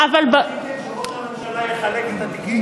רציתם שראש הממשלה יחלק את התיקים,